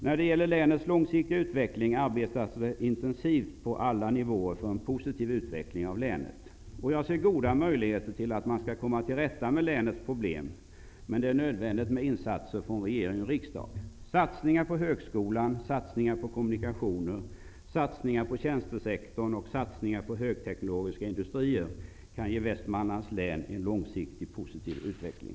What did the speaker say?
När det gäller länets långsiktiga utveckling arbetas det intensivt på alla nivåer för en positiv utveckling av länet. Jag ser goda möjligheter till att man skall komma till rätta med länets problem. Men det är nödvändigt med insatser från regering och riksdag. Satsningar på högskolan, satsningar på kommunikationer, satsningar på tjänstesektorn och satsningar på högteknologiska industrier kan ge Västmanlands län en långsiktig positiv utveckling.